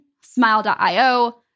Smile.io